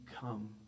come